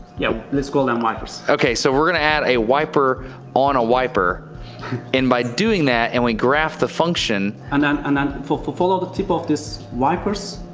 yeah let's call them wipers. okay so we're going to add a wiper on a wiper and by doing that and we graft the function. and then and then follow the tip of these wipers.